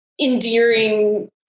endearing